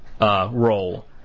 Role